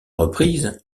reprise